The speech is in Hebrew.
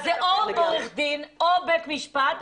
זה או עורך דין או בית משפט,